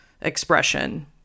expression